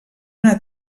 una